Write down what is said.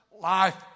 life